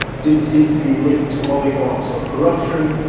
didn't seem to be linked to oligarchs or corruption,